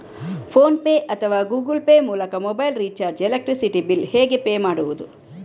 Phone pay ಅಥವಾ Google Pay ಮೂಲಕ mobile recharge, electricity bill ಹೇಗೆ ಪೇ ಮಾಡುವುದು?